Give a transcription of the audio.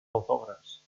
autògrafs